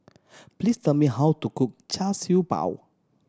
please tell me how to cook Char Siew Bao